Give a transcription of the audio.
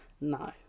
no